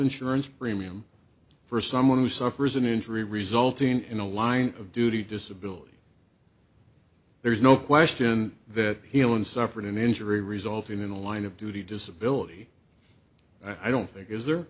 insurance premium for someone who suffers an injury resulting in a line of duty disability there's no question that healing suffered an injury resulting in a line of duty disability i don't think is